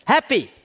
Happy